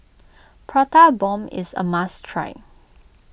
Prata Bomb is a must try